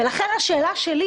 ולכן, השאלה שלי